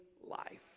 life